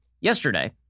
yesterday